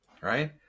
Right